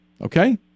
Okay